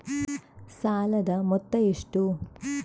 ಸಾಲದ ಮೊತ್ತ ಎಷ್ಟು?